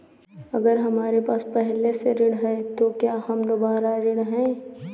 अगर हमारे पास पहले से ऋण है तो क्या हम दोबारा ऋण हैं?